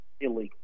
illegal